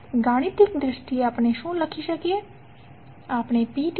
તો ગાણિતિક દ્રષ્ટિએ આપણે શું લખી શકીએ